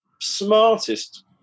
smartest